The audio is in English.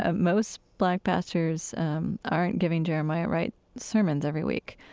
ah most black pastors aren't giving jeremiah wright sermons every week,